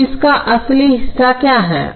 तो इसका असली हिस्सा क्या है